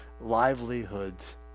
livelihoods